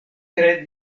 tre